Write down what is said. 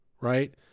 right